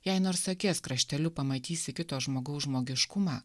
jei nors akies krašteliu pamatysi kito žmogaus žmogiškumą